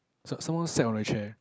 some~ someone sat on the chair